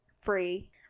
free